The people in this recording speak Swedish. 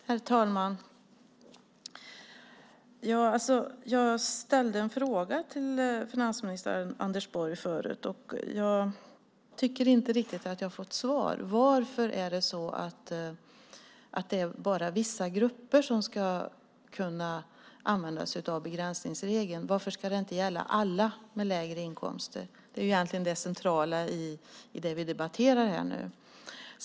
Herr talman! Jag ställde en fråga till finansminister Anders Borg, men jag tycker inte riktigt att jag har fått svar på den. Varför är det bara vissa grupper som ska kunna använda sig av begränsningsregeln? Varför ska den inte gälla alla med lägre inkomster? Det är egentligen det centrala i det vi debatterar här.